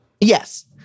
Yes